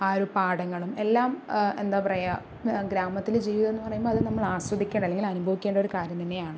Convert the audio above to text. ആ ഒരു പാടങ്ങളും എല്ലാം എന്താ പറയുക ഗ്രാമത്തിലെ ജീവിതം എന്നു പറയുമ്പോൾ അത് നമ്മൾ ആസ്വദിക്കൽ അല്ലെങ്കിൽ അനുഭവിക്കേണ്ടൊരു കാര്യം തന്നെ ആണ്